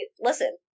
Listen